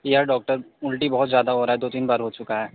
या डॉक्टर उल्टी बहुत ज़्यादा हो रहा है दो तीन बार चुका है